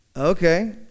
okay